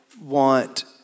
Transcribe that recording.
want